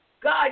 God